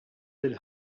lil